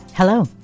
Hello